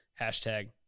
hashtag